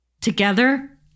Together